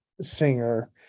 singer